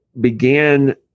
began